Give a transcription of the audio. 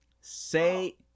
Say